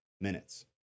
minutes